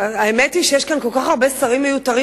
האמת היא שיש כאן כל כך הרבה שרים מיותרים